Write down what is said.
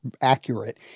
accurate